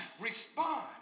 respond